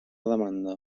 demanda